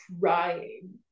crying